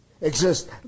exist